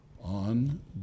on